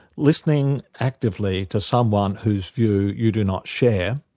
listening actively to someone whose view you do not share,